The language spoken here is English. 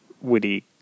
witty